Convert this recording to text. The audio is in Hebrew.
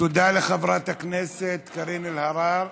תודה לחברת הכנסת קארין אלהרר.